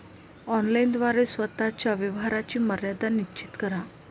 online द्वारे स्वतः च्या व्यवहाराची मर्यादा निश्चित करा